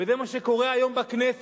זה מה שקורה היום בכנסת.